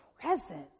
presence